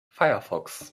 firefox